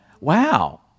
wow